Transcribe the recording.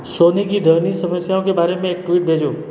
सोनी की ध्वनि समस्याओं के बारे में एक ट्वीट भेजो